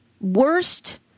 Worst